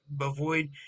avoid